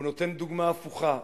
הוא נותן דוגמה הפוכה.